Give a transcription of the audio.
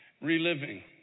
reliving